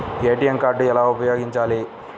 ATM card ఎలా ఉపయోగించాలి?